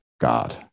God